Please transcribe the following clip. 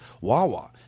Wawa